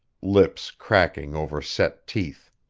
lips cracking over set teeth.